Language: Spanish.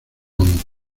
bond